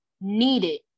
needed